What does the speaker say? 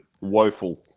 woeful